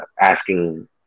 asking